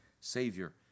Savior